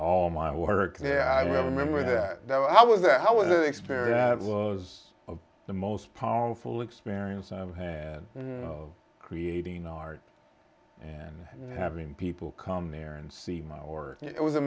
all my work yeah i remember that i was that experience that was the most powerful experience i've had of creating art and having people come there and see my or it was a